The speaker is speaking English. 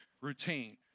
routine